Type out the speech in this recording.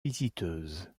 visiteuse